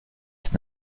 ist